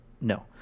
no